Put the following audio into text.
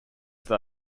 that